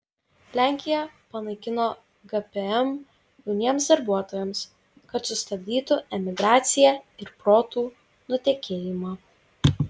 lenkija panaikino gpm jauniems darbuotojams kad sustabdytų emigraciją ir protų nutekėjimą